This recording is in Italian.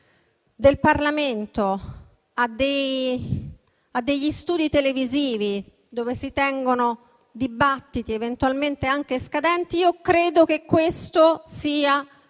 del Parlamento a degli studi televisivi dove si tengono dibattiti, eventualmente anche scadenti, credo che sia contrario